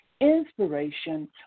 inspiration